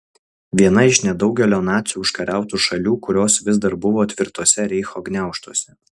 vieną iš nedaugelio nacių užkariautų šalių kurios vis dar buvo tvirtuose reicho gniaužtuose